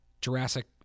Jurassic